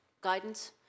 guidance